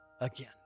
again